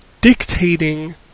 dictating